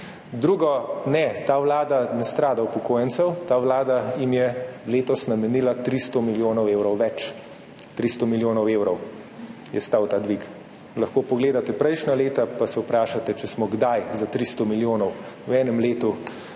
Drugo. Ne. Ta vlada ne strada upokojencev. Ta vlada jim je letos namenila 300 milijonov evrov več. 300 milijonov evrov je stal ta dvig. Lahko pogledate prejšnja leta in se vprašate, če smo kdaj za 300 milijonov v enem letu